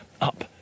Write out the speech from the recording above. up